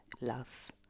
love